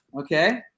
Okay